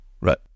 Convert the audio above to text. right